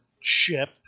ship